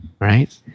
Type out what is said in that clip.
right